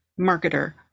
marketer